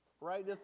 right